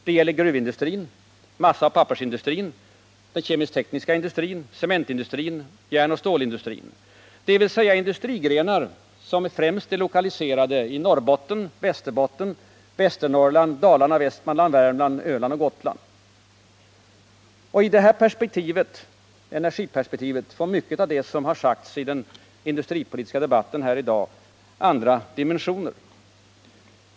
Det gäller gruvindustrin, massaoch pappersindustrin, den kemisk-tekniska industrin, cementindustrin och järnoch stålindustrin, dvs. industrigrenar som främst är lokaliserade till Norrbotten, Västerbotten, Västernorrland, Dalarna, Västmanland, Värmland, Öland och Gotland. I detta energiperspektiv får mycket av det som har sagts i dagens industripolitiska debatt andra dimensioner.